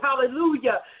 Hallelujah